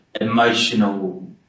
emotional